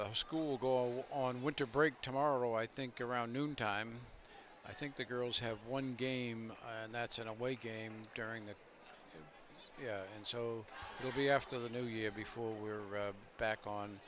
high school go on winter break tomorrow i think around noon time i think the girls have one game and that's an away game during that and so it will be after the new year before we are back on